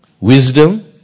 wisdom